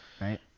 right